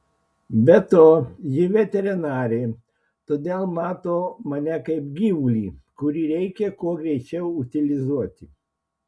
be to ji veterinarė todėl mato mane kaip gyvulį kurį reikia kuo greičiau utilizuoti